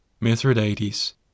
Mithridates